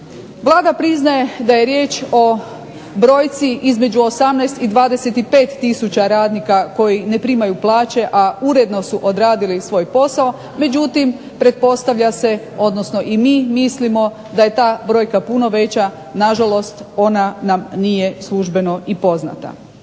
Vlada priznaje da je riječ o brojci između 18 i 25 tisuća radnika koji ne primaju plaće a uredno su odradili svoj posao. Međutim, pretpostavlja se odnosno i mi mislimo da je ta brojka puno veća. nažalost ona nam nije služeno i poznata.